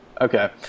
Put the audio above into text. Okay